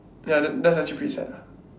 ya that that's actually pretty sad ah